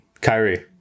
Kyrie